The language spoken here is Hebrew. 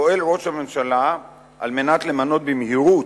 פועל ראש הממשלה על מנת למנות במהירות,